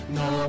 no